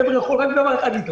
גבר יכול להתרכז רק בדבר אחד.